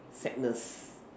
sadness